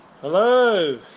Hello